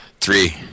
Three